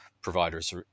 providers